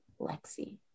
Lexi